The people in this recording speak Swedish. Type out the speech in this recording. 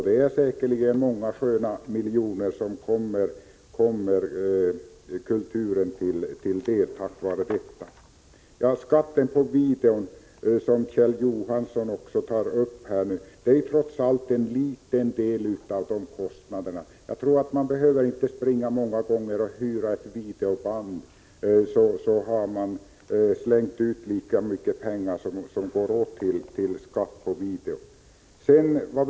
Det är säkerligen många sköna miljoner som kommer kulturen till del tack vare videoskatten. Som också Kjell Johansson tog upp utgör skatten trots allt en liten del av kostnaderna för ett videoband. Jag tror att man inte behöver springa och hyra ett videoband många gånger för att ha slängt ut lika mycket pengar som den del som skatten utgör av priset på ett band.